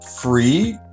free